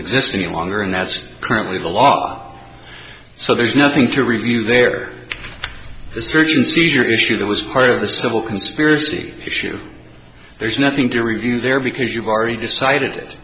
exist any longer and that's currently the law so there's nothing to review there the search and seizure issue that was part of the civil conspiracy issue there's nothing to review there because you've already decided